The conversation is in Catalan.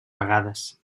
vegades